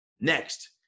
Next